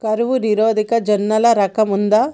కరువు నిరోధక జొన్నల రకం ఉందా?